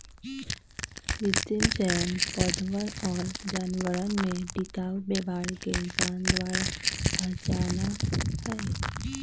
कृत्रिम चयन पौधवन और जानवरवन में टिकाऊ व्यवहार के इंसान द्वारा पहचाना हई